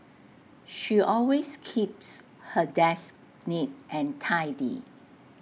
she always keeps her desk neat and tidy